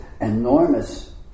enormous